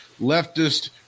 leftist